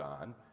on